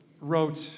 wrote